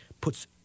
puts